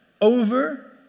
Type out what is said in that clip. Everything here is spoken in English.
over